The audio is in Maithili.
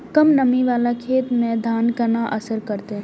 कम नमी वाला खेत में धान केना असर करते?